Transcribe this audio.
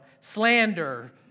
slander